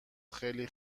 خیلی